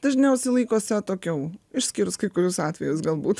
dažniausiai laikosi atokiau išskyrus kai kurius atvejus galbūt